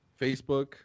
Facebook